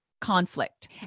conflict